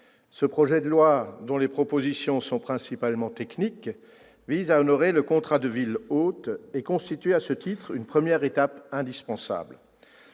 Ce projet de loi, dont les propositions sont principalement techniques, vise à honorer le contrat de ville hôte et constitue, à ce titre, une première étape indispensable.